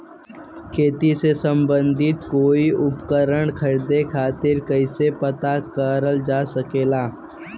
खेती से सम्बन्धित कोई उपकरण खरीदे खातीर कइसे पता करल जा सकेला?